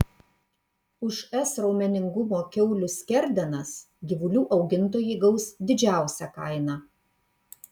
už s raumeningumo kiaulių skerdenas gyvulių augintojai gaus didžiausią kainą